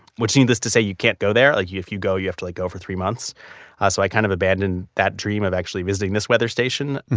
which needless to say, you can't go there. like if you go, you have to like go for three months ah so i kind of abandoned that dream of actually visiting this weather station,